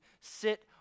sit